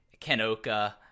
Kenoka